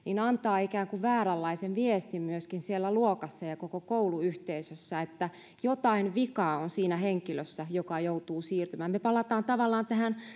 antaa ikään kuin vääränlaisen viestin myöskin siellä luokassa ja ja koko kouluyhteisössä että jotain vikaa on siinä henkilössä joka joutuu siirtymään me palaamme tavallaan